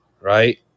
right